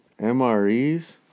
MREs